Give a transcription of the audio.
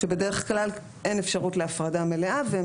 כשבדרך כלל אין אפשרות להפרדה מלאה והם